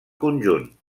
conjunt